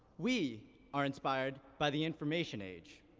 we are inspired by the information age,